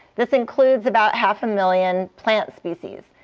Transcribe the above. this includes about half a million plant species.